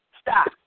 Stop